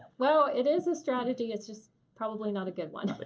well, it is a strategy. it's just probably not a good one.